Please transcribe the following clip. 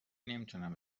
نمیتونم